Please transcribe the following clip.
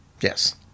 Yes